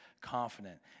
confident